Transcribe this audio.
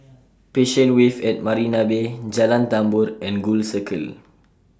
Passion Wave At Marina Bay Jalan Tambur and Gul Circle